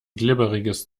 glibberiges